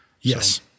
Yes